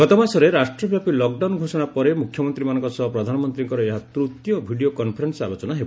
ଗତମାସରେ ରାଷ୍ଟ୍ରବ୍ୟାପୀ ଳକ୍ଡାଉନ୍ ଘୋଷଣା ପରେ ମୁଖ୍ୟମନ୍ତ୍ରୀମାନଙ୍କ ସହ ପ୍ରଧାନମନ୍ତ୍ରୀଙ୍କର ଏହା ତୂତୀୟ ଭିଡ଼ିଓ କନ୍ଫରେନ୍ବ ଆଲୋଚନା ହେବ